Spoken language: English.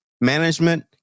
management